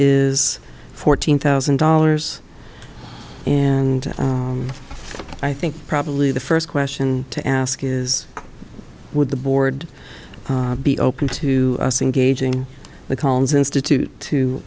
is fourteen thousand dollars and i think probably the first question to ask is would the board be open to us in gauging the columns institute to